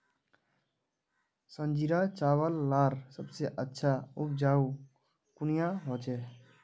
संजीरा चावल लार सबसे अच्छा उपजाऊ कुनियाँ होचए?